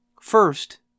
First